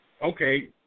Okay